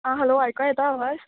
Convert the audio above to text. आं हॅलो आयको येता हय